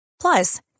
Plus